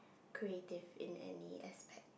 creative in any aspect